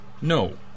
No